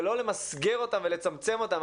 ולא למסגר אותם ולצמצם אותם.